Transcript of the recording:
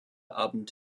abend